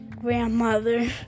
grandmother